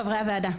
חברי הוועדה.